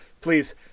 please